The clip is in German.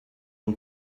und